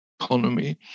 Economy